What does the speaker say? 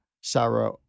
Sarah